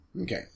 Okay